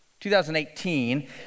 2018